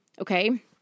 Okay